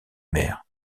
mer